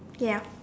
ya